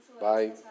Bye